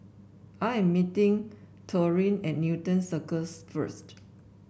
I am meeting Taurean at Newton Cirus first